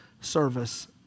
service